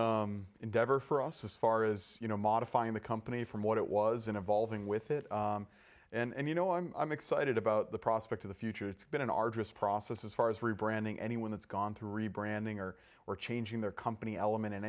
exciting endeavor for us as far as you know modifying the company from what it was in evolving with it and you know i'm i'm excited about the prospect of the future it's been an arduous process as far as rebranding anyone that's gone through rebranding or or changing their company element in